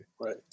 Right